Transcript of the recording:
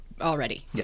already